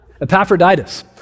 Epaphroditus